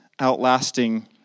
outlasting